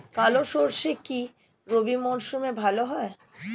কালো সরষে কি রবি মরশুমে ভালো হয়?